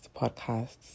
podcasts